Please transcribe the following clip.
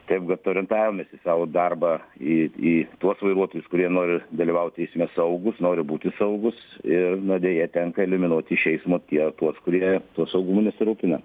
taip vat orientavimuisi sau darbą į į tuos vairuotojus kurie nori dalyvauti eisme saugūs nori būti saugūs ir na deja tenka eliminuoti iš eismo tie tuos kurie tuo saugumu nesirūpina